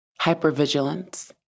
hypervigilance